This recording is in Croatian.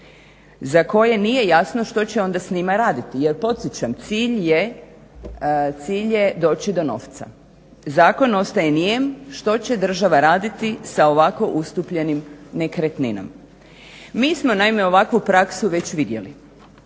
za koje nije jasno što će onda s njima raditi. jer podsjećam cilj je doći do novca. Zakon ostaje nijem što će država raditi sa ovako ustupljenim nekretninama. Mi smo naime ovakvu praksu već vidjeli